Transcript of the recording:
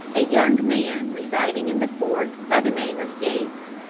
a young man residing in the fort, by the name of yates,